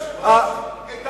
אדוני היושב-ראש,